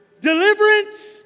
deliverance